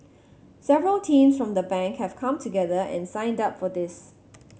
several teams from the Bank have come together and signed up for this